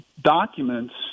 documents